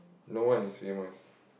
no one is same us